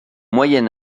moyen